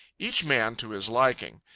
each man to his liking.